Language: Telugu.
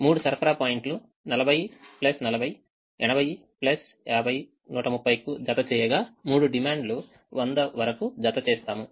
3 సరఫరా పాయింట్లు 40 40 80 50 130 కు జతచేయగా 3 డిమాండ్లు 100 వరకు జతచేస్తాము